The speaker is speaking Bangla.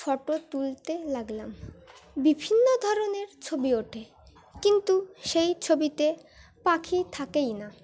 ফটো তুলতে লাগলাম বিভিন্ন ধরনের ছবি ওঠে কিন্তু সেই ছবিতে পাখি থাকেই না